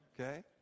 okay